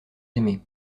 aimé